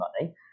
money